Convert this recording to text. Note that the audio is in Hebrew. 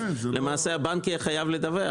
למעשה הבנק יהיה חייב לדווח,